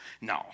No